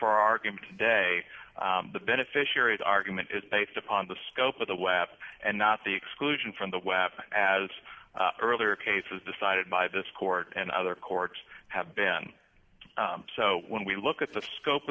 for our game today the beneficiaries argument is based upon the scope of the web and not the exclusion from the web as earlier a case is decided by this court and other courts have been so when we look at the scope